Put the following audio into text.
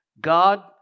God